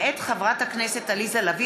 מאת חברת הכנסת יעל גרמן,